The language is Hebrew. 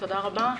תודה רבה.